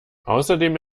außerdem